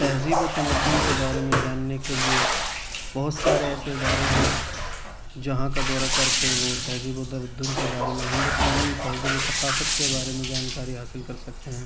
تہذیب و تمدن کے بارے میں جاننے کے لیے بہت سارے ایسے ادارے ہیں جہاں کا دورہ کرکے وہ تہذیب وتمدن کے بارے میں ہندوستانی تہذیب و ثقافت کے بارے میں جانکاری حاصل کر سکتے ہیں